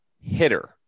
hitter